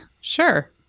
Sure